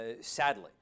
Sadly